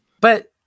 But-